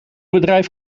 bedrijf